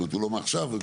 לא מעכשיו אבל